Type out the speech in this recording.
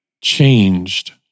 changed